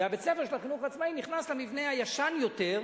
ובית-הספר של החינוך העצמאי נכנס למבנה הישן יותר,